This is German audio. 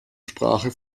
sprache